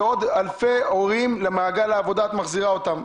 ועוד אלפי הורים למעגל העבודה את מחזירה אותם.